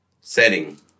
setting